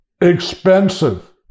expensive